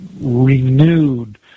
renewed